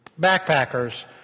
backpackers